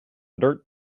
dirt